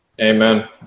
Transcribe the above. Amen